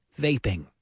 vaping